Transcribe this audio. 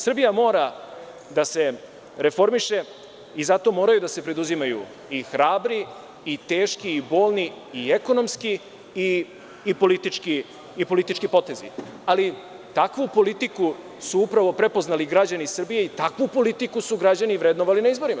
Srbija mora da se reformiše i zato moraju da se preduzimaju i hrabri i teški i bolni i ekonomski i politički potezi, ali takvu politiku su upravo prepoznali građani Srbije i takvu politiku su građani vrednovali na izborima.